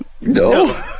no